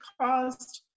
caused